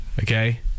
Okay